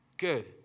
Good